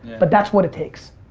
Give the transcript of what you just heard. but that's what it takes.